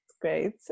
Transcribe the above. Great